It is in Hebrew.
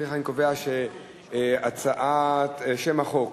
לפיכך אני קובע שהצעת שם החוק,